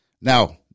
Now